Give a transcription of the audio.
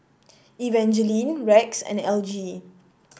Evangeline Rex and Elgie